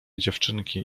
dziewczynki